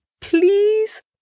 please